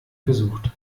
gesucht